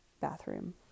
bathroom